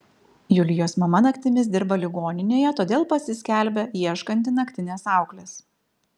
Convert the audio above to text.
julijos mama naktimis dirba ligoninėje todėl pasiskelbia ieškanti naktinės auklės